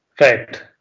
Right